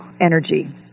energy